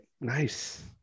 nice